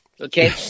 Okay